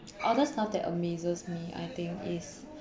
other stuff that amazes me I think is